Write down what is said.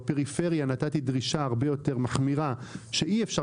בפריפריה נתתי דרישה הרבה יותר מחמירה שאי אפשר